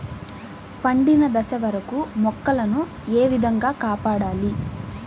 పండిన దశ వరకు మొక్కల ను ఏ విధంగా కాపాడాలి?